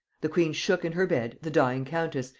the queen shook in her bed the dying countess,